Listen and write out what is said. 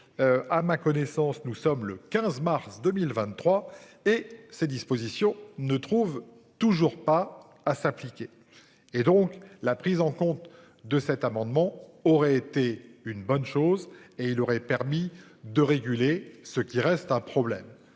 À ma connaissance, nous sommes le 15 mars 2023. Et ces dispositions ne trouve toujours pas à s'appliquer. Et donc la prise en compte de cet amendement aurait été une bonne chose et il aurait permis de réguler ce qui reste un problème.